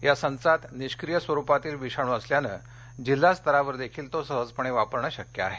या संचात निष्क्रीय स्वरुपातील विषाणू असल्याने जिल्हा स्तरावर देखील तो सहजपणे वापरणे शक्य आहे